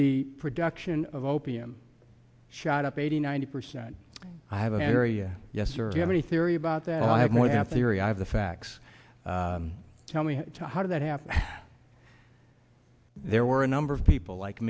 the production of opium shot up eighty ninety percent i have an area yes sir you have any theory about that and i have more than theory i have the facts tell me how did that happen there were a number of people like